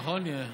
נכון, יאיר?